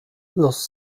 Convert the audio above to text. los